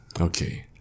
Okay